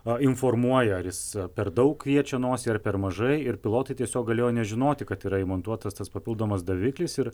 informuoja ar jis per daug riečia nosį ar per mažai ir pilotai tiesiog galėjo nežinoti kad yra įmontuotas tas papildomas daviklis ir